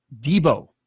Debo